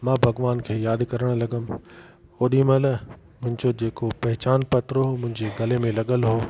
मां भॻिवान खे यादि करणु लॻियुमि ओॾी महिल मुंहिंजो जेको पहचान पत्र हुओ मुंहिंजे गले में लॻियलु हुओ